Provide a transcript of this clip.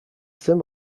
zen